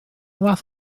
fath